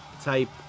type